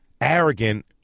arrogant